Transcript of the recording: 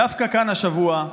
דווקא כאן השבוע,